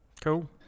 Cool